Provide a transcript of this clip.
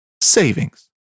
savings